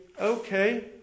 okay